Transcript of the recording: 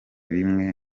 bimwe